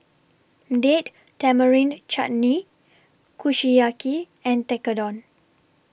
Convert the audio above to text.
Date Tamarind Chutney Kushiyaki and Tekkadon